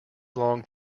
long